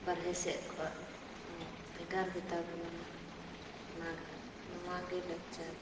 ᱵᱟᱨᱦᱮ ᱥᱮᱡ ᱠᱷᱚᱡ ᱦᱚᱸ ᱵᱷᱮᱜᱟᱨ ᱜᱮᱛᱟ ᱵᱚᱱᱟ ᱚᱱᱟ ᱱᱚᱣᱟ ᱜᱮ ᱞᱮᱠᱪᱟᱨ